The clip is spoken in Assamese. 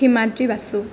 হিমাদ্ৰী বাসু